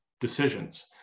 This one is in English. decisions